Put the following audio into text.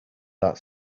that